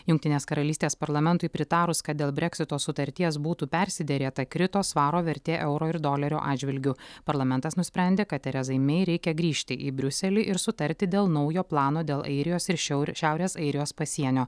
jungtinės karalystės parlamentui pritarus kad dėl breksito sutarties būtų persiderėta krito svaro vertė euro ir dolerio atžvilgiu parlamentas nusprendė kad terezai mei reikia grįžti į briuselį ir sutarti dėl naujo plano dėl airijos ir šiaur šiaurės airijos pasienio